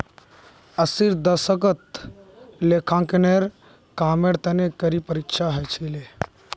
अस्सीर दशकत लेखांकनेर कामेर तने कड़ी परीक्षा ह छिले